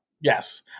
Yes